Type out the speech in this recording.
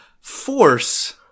force